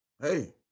Hey